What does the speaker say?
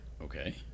okay